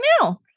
now